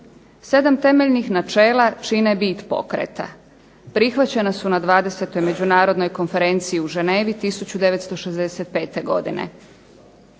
Sedam temeljnih načela čine bit pokreta. Prihvaćena su na 20. međunarodnoj konferenciji u Ženevi 1965. godine.